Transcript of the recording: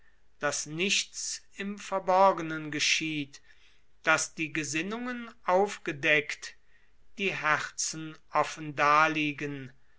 daß nichts im verborgenen geschieht daß die gesinnungen aufgedeckt die herzen offen